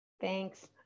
Thanks